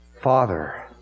Father